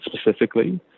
specifically